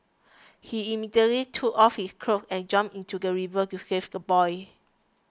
he immediately took off his clothes and jumped into the river to save the boy